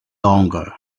longer